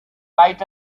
but